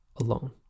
alone